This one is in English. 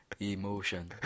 Emotion